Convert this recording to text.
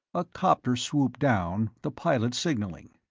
a copter swooped down, the pilot signaling.